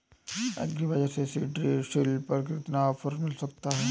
Agree बाजार से seed drill पर कितना ऑफर मिल सकता है?